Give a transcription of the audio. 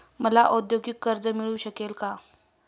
मला औद्योगिक कर्ज मिळू शकेल का?